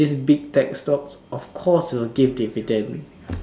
this big tech stocks of course will give dividend